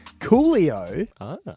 Coolio